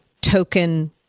token